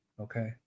Okay